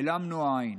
העלמנו עין.